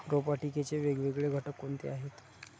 रोपवाटिकेचे वेगवेगळे घटक कोणते आहेत?